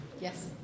Yes